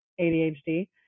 ADHD